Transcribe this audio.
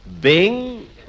Bing